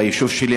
ביישוב שלי,